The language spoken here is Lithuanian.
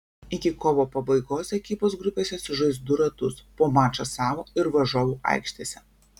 iki kovo pabaigos ekipos grupėse sužais du ratus po mačą savo ir varžovų aikštėse